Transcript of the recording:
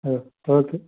ஆ okay